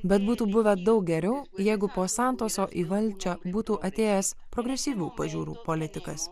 bet būtų buvę daug geriau jeigu po santoso į valdžią būtų atėjęs progresyvių pažiūrų politikas